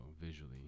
visually